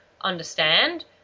understand